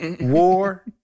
War